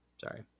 Sorry